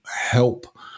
help